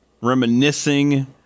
reminiscing